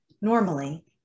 normally